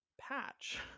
Patch